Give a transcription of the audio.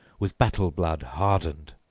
with battle-blood hardened,